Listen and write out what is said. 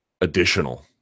additional